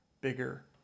bigger